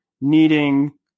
needing